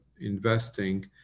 investing